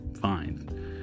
fine